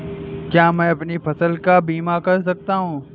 क्या मैं अपनी फसल का बीमा कर सकता हूँ?